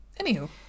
Anywho